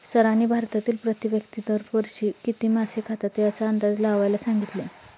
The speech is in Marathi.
सरांनी भारतातील प्रति व्यक्ती दर वर्षी किती मासे खातात याचा अंदाज लावायला सांगितले?